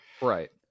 Right